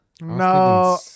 No